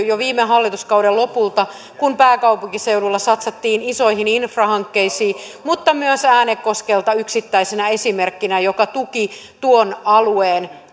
jo viime hallituskauden lopulta kun pääkaupunkiseudulla satsattiin isoihin infrahankkeisiin mutta myös äänekoskelta yksittäisenä esimerkkinä joka tuki tuon alueen